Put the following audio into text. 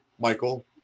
Michael